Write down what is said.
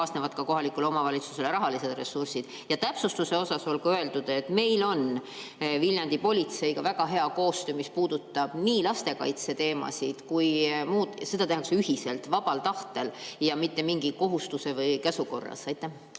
kaasnevad kohalikule omavalitsusele rahalised ressursid? Täpsustuseks olgu öeldud, et meil on Viljandi politseiga väga hea koostöö, mis puudutab nii lastekaitseteemasid kui ka muud. Seda tehakse ühiselt ja vabal tahtel, mitte mingi kohustuse või käsu korras. Aitäh!